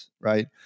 right